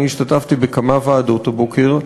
אני השתתפתי בכמה ועדות הבוקר,